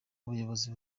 ubuyobozi